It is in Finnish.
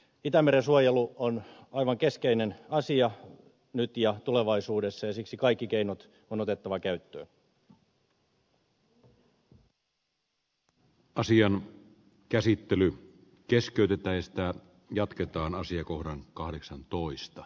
itämeren suojelu on aivan keskeinen asia nyt ja tulevaisuudessa ja siksi kaikki keinot on otettava käyttöön